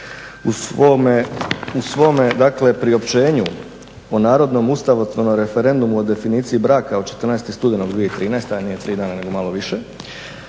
u svome priopćenju o narodnom ustavotvornom referendumu o definiciji braka od 14.studenog 2013.,